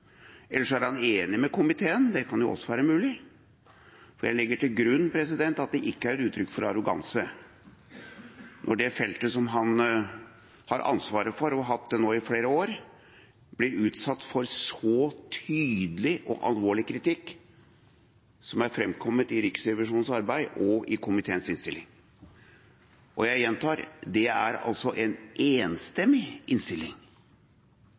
er mulig, eller så er han enig med komiteen – det kan også være mulig. Jeg legger til grunn at det ikke er uttrykk for arroganse når det feltet som han har ansvaret for – og det har han hatt i flere år – blir utsatt for så tydelig og alvorlig kritikk som er framkommet i Riksrevisjonens arbeid og i komiteens innstilling. Og jeg gjentar: Det er en enstemmig innstilling.